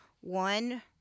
one-